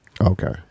Okay